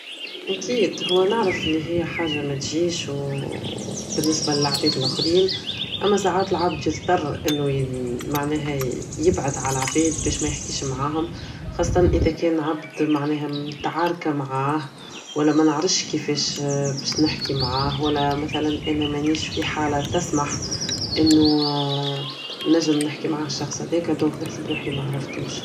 اكيد هو نعرف ان حاجة متجيش و بالنسبة للعباد لخرين اما ساعات العبد يضطر انو معناها يبعد عل عباد بش مايحكيش معاهم خاصة اذا كان عبد معناها متعاركة معاه ولا منعرفش كيفاش باش نحكي معاه ولا مثلا انا منيش في حالة تسمح انو نجم نحكي معاه الشخص اذاك donc نحسب روحي معرفتوش